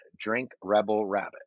DrinkRebelRabbit